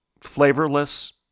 flavorless